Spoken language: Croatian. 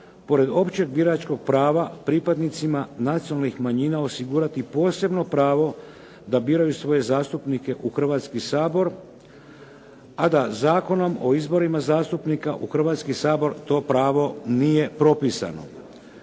pored općeg biračkog prava pripadnicima nacionalnih manjina osigurati posebno pravo da biraju svoje zastupnike u Hrvatski sabor, a da Zakonom o izborima zastupnika u Hrvatski sabor to pravo nije propisano.